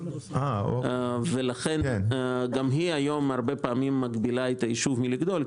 גם היא מגבילה את היישוב מלגדול,